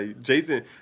Jason